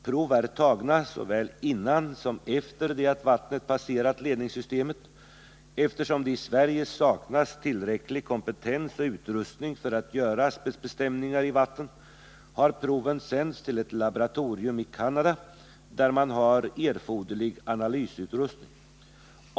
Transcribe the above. Prov är tagna såväl innan som efter det att vattnet passerat ledningssystemet. Eftersom det i Sverige saknas tillräcklig kompetens och utrustning för att göra asbestbestämningar i vatten har proven sänts till ett laboratorium i Canada, där man har erforderlig analysutrustning.